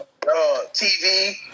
TV